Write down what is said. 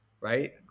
right